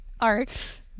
art